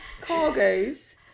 cargoes